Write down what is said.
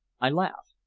i laughed.